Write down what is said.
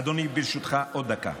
אדוני, ברשותך, עוד דקה.